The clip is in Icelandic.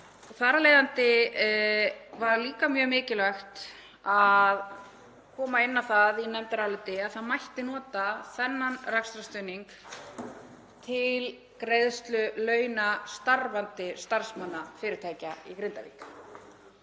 af leiðandi var líka mjög mikilvægt að koma inn á það í nefndaráliti að það mætti nota þennan rekstrarstuðning til greiðslu launa starfandi starfsmanna fyrirtækja í Grindavík.